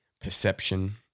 perception